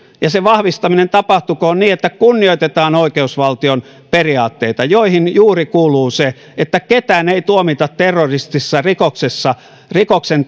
ja se vahvistaminen tapahtukoon niin että kunnioitetaan oikeusvaltion periaatteita joihin juuri kuuluu se että ketään ei tuomita terroristisen rikoksen